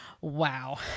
Wow